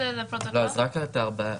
רק את אלה,